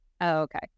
Okay